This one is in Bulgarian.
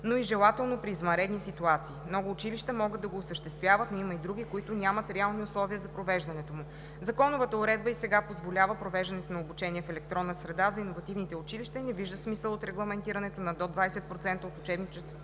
но и желателно при извънредни ситуации. Много училища могат да го осъществяват, но има и други, които нямат реални условия за провеждането му. Законовата уредба и сега позволява провеждането на обучение в електронна среда за иновативните училища и не вижда смисъл от регламентирането на до 20% от учебните